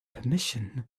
permission